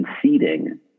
conceding